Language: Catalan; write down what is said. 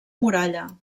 muralla